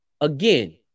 again